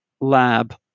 lab